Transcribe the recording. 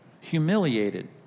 humiliated